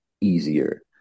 easier